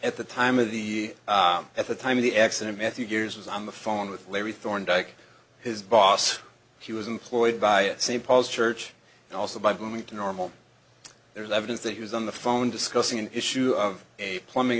at the time of the year at the time of the accident matthew gear's was on the phone with larry thorndyke his boss he was employed by st paul's church and also by going to normal there's evidence that he was on the phone discussing an issue of a plumbing